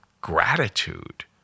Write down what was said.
gratitude